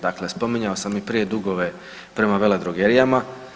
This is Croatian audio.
Dakle, spominjao sam i prije dugove prema veledrogerijama.